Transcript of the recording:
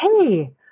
hey